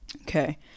Okay